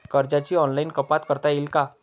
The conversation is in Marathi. कर्जाची ऑनलाईन कपात करता येईल का?